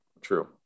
true